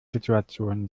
situation